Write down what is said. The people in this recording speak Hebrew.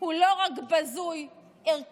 הוא לא רק בזוי ערכית,